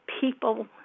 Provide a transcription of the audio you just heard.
people